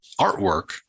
artwork